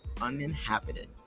uninhabited